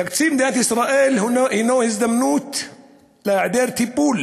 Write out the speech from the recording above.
תקציב מדינת ישראל הוא הזדמנות להיעדר טיפול